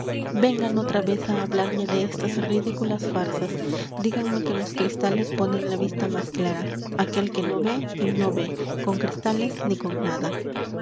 vengan otra vez á hablarme de estas ridiculas farsas díganme que los cristales ponen la vista m á s clara aquel que no ve no ve con cristales ni con nada